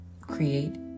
create